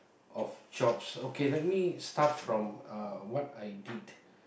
of jobs okay let me start from uh what I did